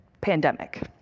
pandemic